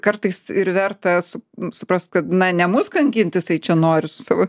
kartais ir verta su supras kad na ne mus kankint jisai čia nori su savo